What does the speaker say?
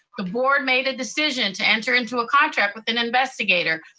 the board made a decision to enter into a contract with an investigator.